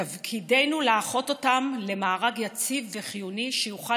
תפקידנו לאחות אותם למארג יציב וחיוני שיוכל